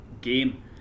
game